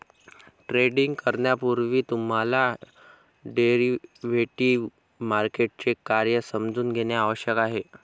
trading करण्यापूर्वी तुम्हाला derivative मार्केटचे कार्य समजून घेणे आवश्यक आहे